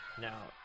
Now